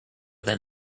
than